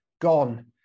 gone